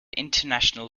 international